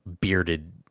bearded